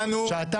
שעה.